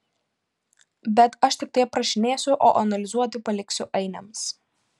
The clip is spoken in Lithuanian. bet aš tiktai aprašinėsiu o analizuoti paliksiu ainiams